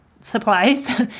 supplies